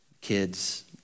kids